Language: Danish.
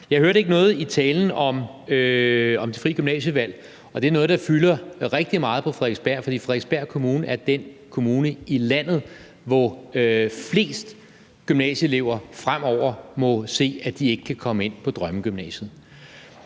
Jeg hørte ikke noget i talen om det frie gymnasievalg, og det er noget, der fylder rigtig meget på Frederiksberg, fordi Frederiksberg Kommune er den kommune i landet, hvor flest gymnasieelever fremover må se, at de ikke kan komme ind på drømmegymnasiet.